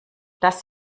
das